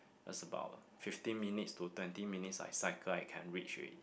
there's about fifteen minutes to twenty minutes I cycle I can reach already